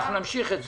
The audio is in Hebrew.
אנחנו נמשיך את זה.